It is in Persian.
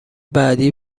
بعدی